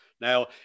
Now